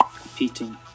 competing